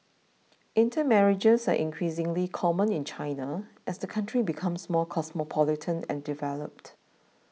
intermarriages are increasingly common in China as the country becomes more cosmopolitan and developed